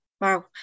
wow